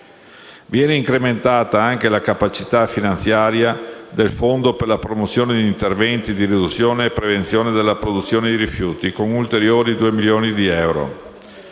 Viene incrementata anche la capacità finanziaria del Fondo per la promozione di interventi di riduzione e prevenzione della produzione di rifiuti, con ulteriori 2 milioni di euro.